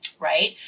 right